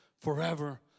forever